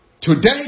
Today